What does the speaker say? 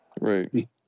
right